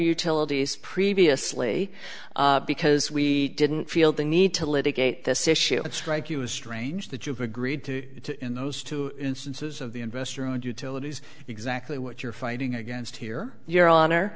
utilities previously because we didn't feel the need to litigate this issue strike you as strange that you've agreed to in those two instances of the investor owned utilities exactly what you're fighting against here your honor